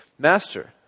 Master